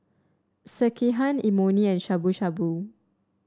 Sekihan Imoni and Shabu Shabu